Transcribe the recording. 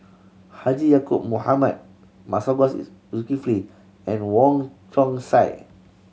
Haji Ya'acob Mohamed Masagos Zulkifli and Wong Chong Sai